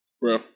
Bro